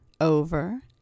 over